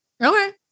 Okay